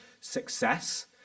success